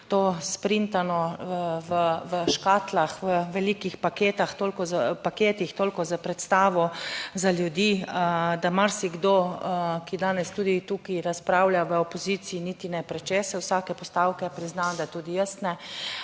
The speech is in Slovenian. to sprintano v škatlah v velikih paketah, toliko za, v paketih, toliko za predstavo za ljudi, da marsikdo, ki danes tudi tukaj razpravlja v opoziciji, niti ne prečesa vsake postavke. Priznam, da tudi jaz ne,